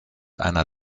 einer